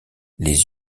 les